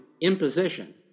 imposition